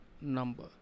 number